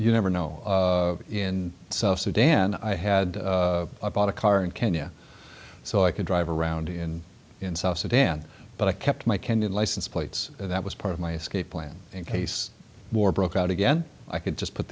you never know in south sudan i had bought a car in kenya so i could drive around in in south sudan but i kept my kenyan license plates and that was part of my escape plan in case the war broke out again i could just put